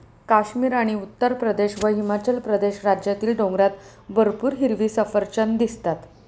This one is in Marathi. काश्मीर आणि उत्तरप्रदेश व हिमाचल प्रदेश राज्यातील डोंगरात भरपूर हिरवी सफरचंदं दिसतात